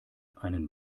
einen